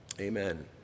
Amen